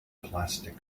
plastic